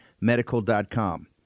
medical.com